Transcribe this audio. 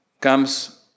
comes